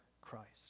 Christ